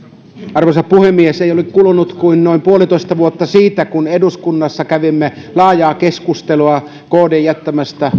arvoisa puhemies ei ole kulunut kuin noin puolitoista vuotta siitä kun eduskunnassa kävimme laajaa keskustelua kdn jättämästä